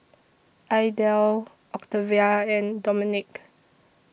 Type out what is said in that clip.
Idell Octavia and Dominik